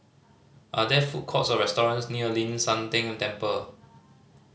are there food courts or restaurants near Ling San Teng Temple